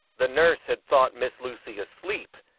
the nurse had thought miss lucy asleep,